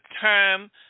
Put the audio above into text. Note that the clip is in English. time